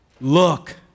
Look